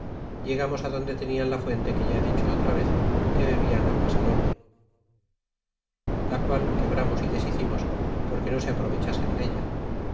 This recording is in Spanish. llegamos adonde tenian la fuente que ya he dicho otra vez que bebian agua salobre la qual quebramos y deshicimos porque no se aprovechasen della